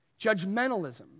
judgmentalism